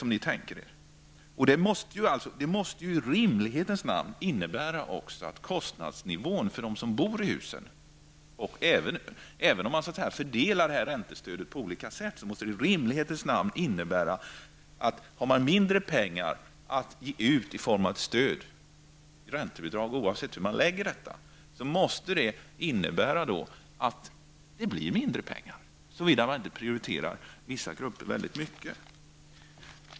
Om man har mindre pengar att ge ut i form av stöd i räntebidrag, oavsett hur det fördelas, måste det i rimlighetens namn innebära att det blir mindre pengar för de boende, såvida man inte prioriterar vissa grupper väldigt mycket.